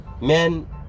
Men